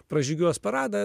pražygiuos paradą